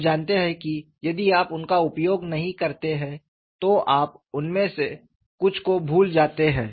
आप जानते हैं कि यदि आप उनका उपयोग नहीं करते हैं तो आप उनमें से कुछ को भूल जाते हैं